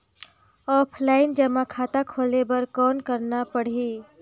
Offline जमा खाता खोले बर कौन करना पड़ही?